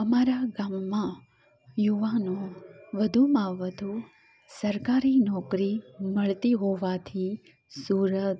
અમારા ગામમાં યુવાનો વધુમાં વધુ સરકારી નોકરી મળતી હોવાથી સુરત